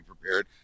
prepared